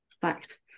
fact